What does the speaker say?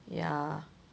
ya